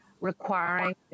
requiring